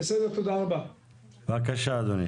בבקשה.